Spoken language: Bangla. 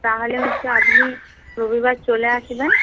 তাহলে হচ্ছে আপনি রবিবার চলে আসবেন